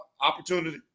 opportunity